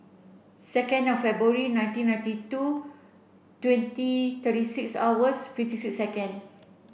second February nineteen ninety two twenty thirty six hours fifty six second